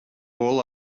all